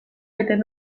egiten